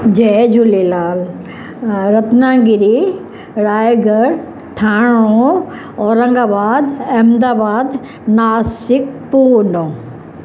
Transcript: जय झूलेलाल अ रत्नागिरी रायगड़ ठाणा औरंगाबाद अहमदाबाद नाशिक पुणे